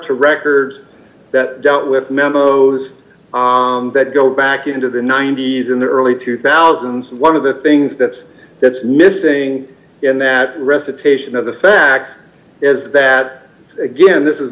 to records that dealt with memos that go back into the ninety's and early two thousand and one of the things that's that's missing in that recitation of the fact is that again this